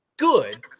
good